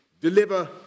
deliver